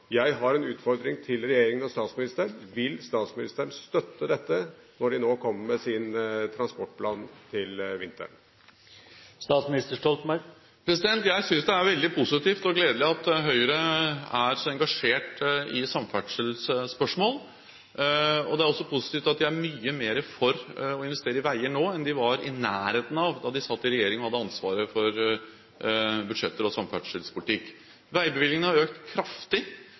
Jeg har en utfordring til regjeringen og statsministeren: Vil statsministeren støtte dette når de kommer med sin transportplan til vinteren? Jeg synes det er veldig positivt og gledelig at Høyre er så engasjert i samferdselsspørsmål. Det er også positivt at de er mye mer for å investere i veier nå enn det de var i nærheten av da de satt i regjering og hadde ansvaret for budsjetter og samferdselspolitikk. Veibevilgningene har økt kraftig.